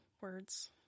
Words